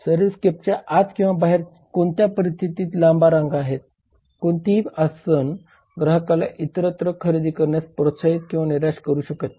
सर्व्हिसस्केपच्या आत किंवा बाहेर कोणत्या परिस्थितीत लांब रांगा आहेत कोणतीही आसन ग्राहकाला इतरत्र खरेदी करण्यास प्रोत्साहित किंवा निराश करू शकत नाही